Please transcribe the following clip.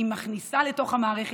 היא מכניסה לתוך המערכת,